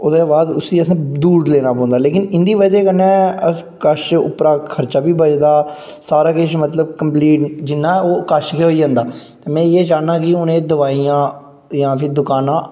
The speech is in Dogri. ओह्दे बाद उसी अस दूर लेना पौंदा लेकिन इंदी बजह कन्नै अस घर कश दे उप्परा खर्चा बी बचदा सारा किश मतलब कंप्लीट जिन्ना कश गै होई जंदा मैं इ'यै चाह्न्नां कि हून दवाइयां दी दुकानां